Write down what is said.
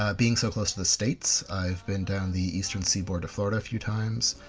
ah being so close to the states, i've been down the eastern seaboard to florida a few times,